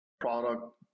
product